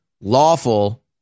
lawful